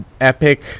epic